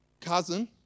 cousin